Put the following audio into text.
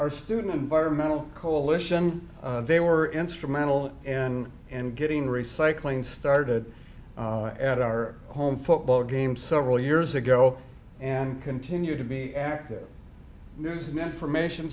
or student environmental coalition they were instrumental in and getting recycling started at our home football game several years ago and continue to be active news and information